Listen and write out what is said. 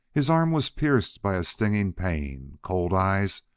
his arm was pierced by a stinging pain cold eyes,